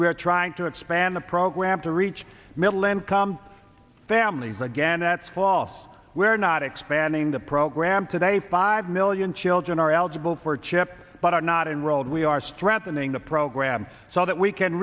are trying to expand the program to reach middle income families again that's false we are not expanding the program today five million children are eligible for chip but are not enrolled we are strengthening the program so that we can